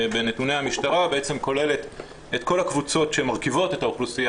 בנתוני המשטרה בעצם כולל את כל הקבוצות שמרכיבות את האוכלוסייה